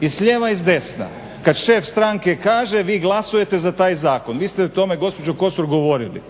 i s lijeva i s desna, kad šef stranke kaže vi glasujete za taj zakon. Vi ste o tome gospođo Kosor govorili.